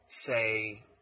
say